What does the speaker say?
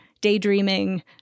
daydreaming